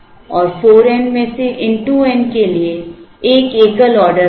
और 4 n में से इन 2 n के लिए एक एकल ऑर्डर होगा